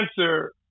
answer